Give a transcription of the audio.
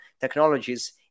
technologies